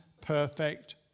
perfect